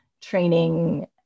training